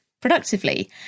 productively